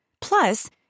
Plus